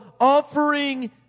offering